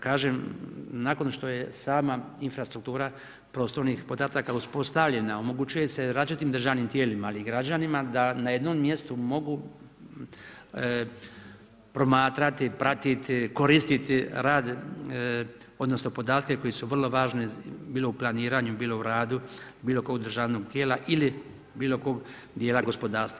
Kažem nakon što je sama infrastruktura prostornih podataka uspostavljena omogućuje se različitim državnim tijelima ali i građanima da na jednom mjestu mogu promatrati, pratiti, koristiti odnosno podatke koji su vrlo važni bilo u planiranu, bilo u radu bilo kojeg državnog tijela ili bilo kog dijela gospodarstva.